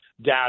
data